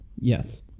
yes